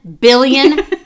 billion